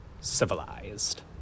civilized